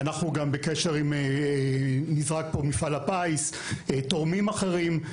אנחנו גם בקשר עם מפעל הפיס, תורמים אחרים.